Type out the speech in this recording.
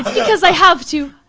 because i have to.